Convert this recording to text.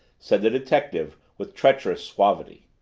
said the detective with treacherous suavity.